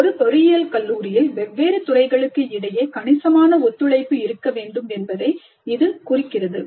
ஒரு பொறியியல் கல்லூரியில் வெவ்வேறு துறைகளுக்கு இடையே கணிசமான ஒத்துழைப்பு இருக்க வேண்டும் என்பதை இது குறிக்கிறது